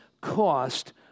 cost